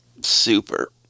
Super